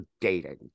dating